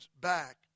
back